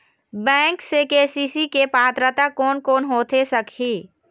Bank से KCC के पात्रता कोन कौन होथे सकही?